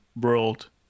world